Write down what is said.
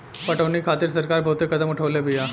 पटौनी खातिर सरकार बहुते कदम उठवले बिया